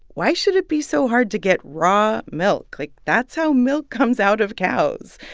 why should it be so hard to get raw milk? like, that's how milk comes out of cows.